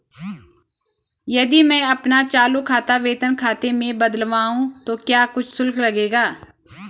यदि मैं अपना चालू खाता वेतन खाते में बदलवाऊँ तो क्या कुछ शुल्क लगेगा?